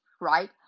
Right